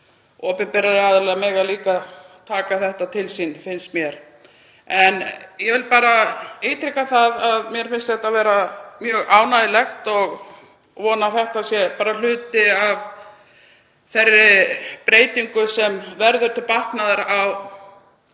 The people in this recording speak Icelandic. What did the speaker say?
Opinberir aðilar mega líka taka þetta til sín, finnst mér. Ég vil bara ítreka að mér finnst þetta mjög ánægjulegt og vona að þetta sé bara hluti af þeirri breytingu sem verður til batnaðar á